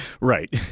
Right